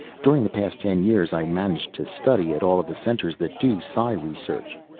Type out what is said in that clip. during the past ten years i managed to study at all of the centers that do psi research.